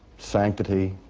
sanctity,